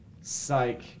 Psych